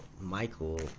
Michael